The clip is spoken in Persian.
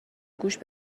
گوش